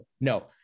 No